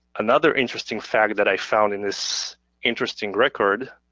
another interesting fact that i found in this interesting record,